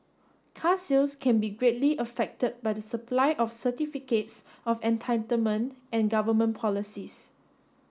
car sales can be greatly affected by the supply of certificates of entitlement and government policies